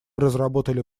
разработали